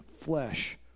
flesh